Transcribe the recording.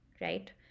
right